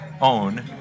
OWN